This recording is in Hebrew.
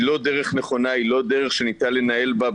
היא לא דרך נכונה והיא לא דרך שניתן לנהל בה,